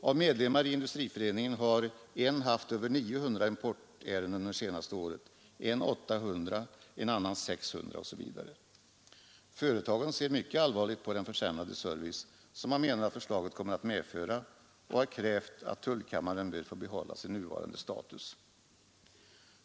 Av medlemmarna i Industriföreningen har en haft över 900 importärenden under det senaste året, en annan 800 och ytterligare en 600 osv. Företagen ser också mycket allvarligt på den försämrade service som man menar att förslaget kommer att medföra och har krävt att tullkammaren bör få behålla sin nuvarande status.